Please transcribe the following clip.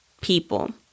people